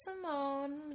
Simone